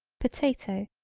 potato,